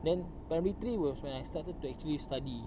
then primary three was when I started to actually study